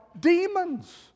demons